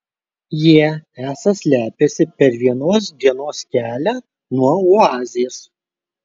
jie esą slepiasi per vienos dienos kelią nuo oazės